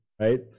right